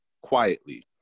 quietly